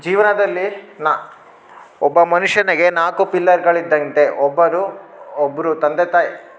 ಜೀವನದಲ್ಲಿ ನಾ ಒಬ್ಬ ಮನುಷ್ಯನಿಗೆ ನಾಲ್ಕು ಪಿಲ್ಲರ್ ಇದ್ದಂತೆ ಒಬ್ಬನು ಒಬ್ಬರು ತಂದೆ ತಾಯಿ